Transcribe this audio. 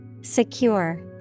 Secure